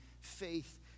faith